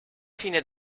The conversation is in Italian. fine